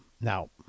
Now